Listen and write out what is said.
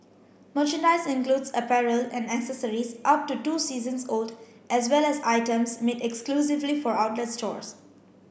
merchandise includes apparel and accessories up to two seasons old as well as items made exclusively for outlet stores